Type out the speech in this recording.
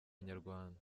nyarwanda